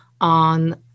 on